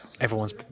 everyone's